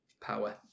power